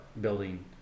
building